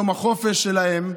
יום החופש שלהם,